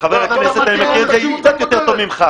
חבר הכנסת, אני מכיר את זה קצת יותר טוב ממך.